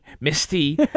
Misty